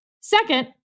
second